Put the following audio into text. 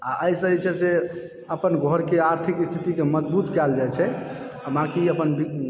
आ एहि सऽ जे छै से अपन घर के आर्थिक स्थिति के मजबूत कयल जाइ छै आ बाॅंकी अपन